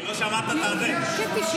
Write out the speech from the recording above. אדוני היושב-ראש,